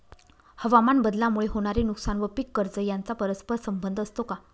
हवामानबदलामुळे होणारे नुकसान व पीक कर्ज यांचा परस्पर संबंध असतो का?